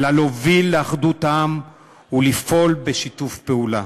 אלא להוביל לאחדות העם ולפעול בשיתוף פעולה.